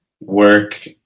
work